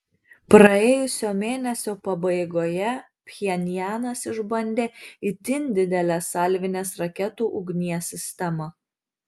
praėjusio mėnesio pabaigoje pchenjanas išbandė itin didelę salvinės raketų ugnies sistemą